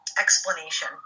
explanation